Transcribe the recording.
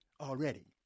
already